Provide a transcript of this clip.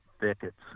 thickets